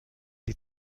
die